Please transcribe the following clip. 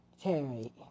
Terry